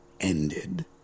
ended